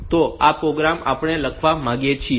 તો આ પ્રોગ્રામ આપણે લખવા માંગીએ છીએ